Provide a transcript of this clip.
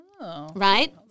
Right